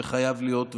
זה חייב להיות,